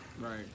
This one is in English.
Right